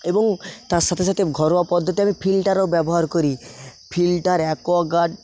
এবং তার সাথে সাথে ঘরোয়া পদ্ধতি আমি ফিল্টারও ব্যবহার করি ফিল্টার অ্যাকোয়াগার্ড